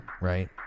right